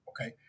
Okay